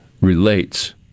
relates